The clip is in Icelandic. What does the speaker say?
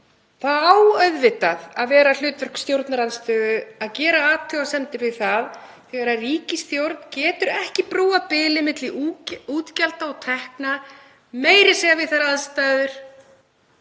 Það á auðvitað að vera hlutverk stjórnarandstöðu að gera athugasemdir við það þegar ríkisstjórn getur ekki brúað bilið milli útgjalda og tekna, meira segja við þær aðstæður